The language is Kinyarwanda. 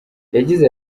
yagize